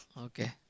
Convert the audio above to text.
okay